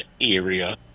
area